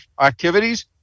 activities